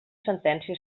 sentència